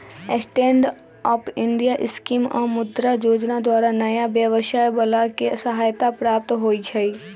stand up India scheme आऽ मुद्रा जोजना द्वारा नयाँ व्यवसाय बला के सहायता प्राप्त होइ छइ